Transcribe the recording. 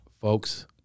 folks